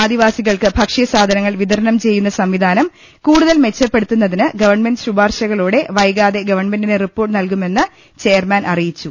ആദിവാസികൾക്ക് ഭക്ഷ്യസാധനങ്ങൾ വിതരണം ചെയ്യുന്ന സംവിധാനം കൂടുതൽ മെച്ചപ്പെടുത്തുന്നതിന് ഗവൺമെന്റിന് ശുപാർശകളോടെ വൈകാതെ ഗവൺമെന്റിന് റിപ്പോർട്ട് നൽകു മെന്ന് ചെയർമാൻ അറിയിച്ചു